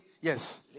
Yes